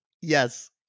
Yes